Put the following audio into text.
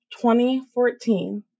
2014